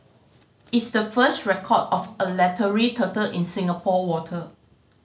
it's the first record of a leathery turtle in Singapore water